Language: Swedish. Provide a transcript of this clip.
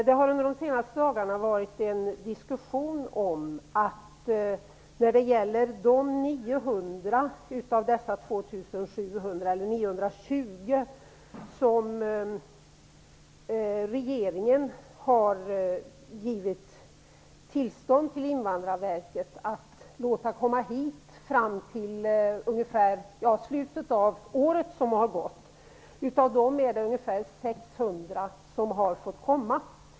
Det har under de senaste dagarna förts en diskussion om att det av de 920 av dessa 2 700 som regeringen har givit Invandrarverket tillstånd att låta komma hit fram till slutet av året som har gått är ungefär 600 som har fått komma.